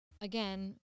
again